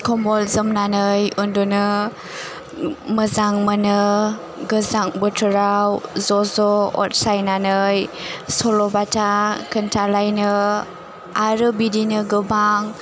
खम्बल जोमनानै उन्दुनो मोजां मोनो गोजां बोथोराव ज' ज' अद सायनानै सल' बाथा खोन्थालायनो आरो बिदिनो गोबां